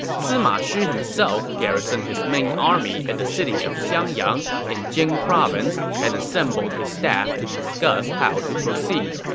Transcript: sima shi himself garrisoned his main army at the city of xiangyang in jing province and assembled his staff to discuss how to proceed.